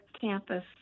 campus